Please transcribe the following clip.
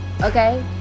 okay